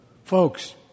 Folks